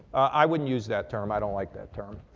i wouldn't use that term. i don't like that term.